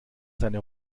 seine